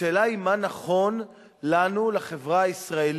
השאלה היא מה נכון לנו, לחברה הישראלית,